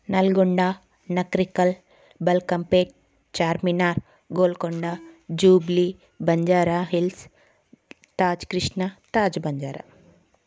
Nalgonda Nakrekal Balkampet Charminar Golconda Jubilee Banjara hills Taj Krishna తాజ్బంజారా